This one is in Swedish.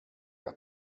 att